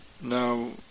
now